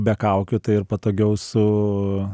be kaukių tai ir patogiau su